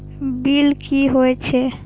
Bill की हौए छै?